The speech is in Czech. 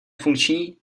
funkční